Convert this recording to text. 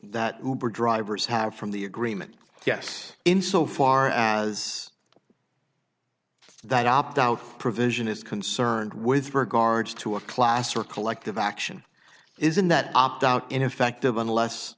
that drivers have from the agreement yet in so far as that opt out provision is concerned with regards to a class or collective action isn't that opt out in effect of unless